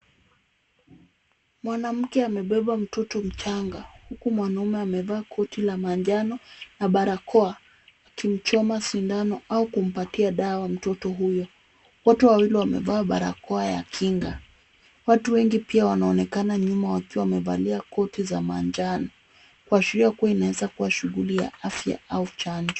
Mwanamke amebeba mtoto mchanga, huku mwanaume amevaa koti la manjano na barakoa akimchoma sindano au kumpatia dawa mtoto huyo. Wote wawili wamevaa barakoa ya kinga. Watu wengi pia wanaonekana nyuma wakiwa wamevalia koti za manjano, kuashiria kuwa inaeza kuwa shughuli ya afya au chanjo.